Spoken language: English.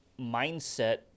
mindset